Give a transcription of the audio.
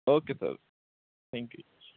okay sir thank you ਜੀ